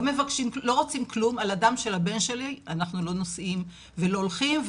'לא רוצים כלום על הדם של הבן שלי אנחנו לא נושאים ולא הולכים',